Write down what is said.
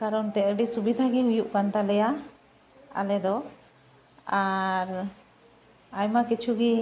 ᱠᱟᱨᱚᱱ ᱛᱮ ᱟᱹᱰᱤ ᱥᱩᱵᱤᱫᱷᱟ ᱜᱮ ᱦᱩᱭᱩᱜ ᱠᱟᱱ ᱛᱟᱞᱮᱭᱟ ᱟᱞᱮ ᱫᱚ ᱟᱨ ᱟᱭᱢᱟ ᱠᱤᱪᱷᱩ ᱜᱮ